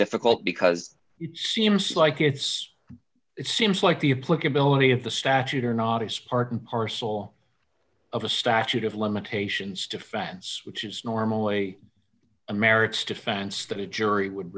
difficult because it seems like it's it seems like the a plucky ability of the statute or not is part and parcel of a statute of limitations to france which is normally america's defense that a jury would